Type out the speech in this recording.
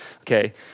okay